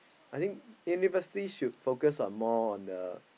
I think university should focus on more on the